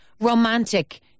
romantic